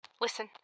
Listen